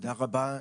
תודה רבה.